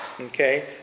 Okay